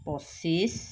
পঁচিছ